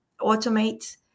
automate